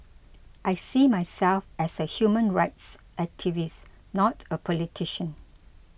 I see myself as a human rights activist not a politician